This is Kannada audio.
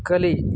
ಕಲಿ